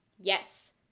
yes